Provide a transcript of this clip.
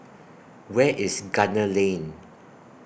Where IS Gunner Lane